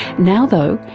now though,